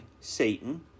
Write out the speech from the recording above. Satan